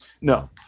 No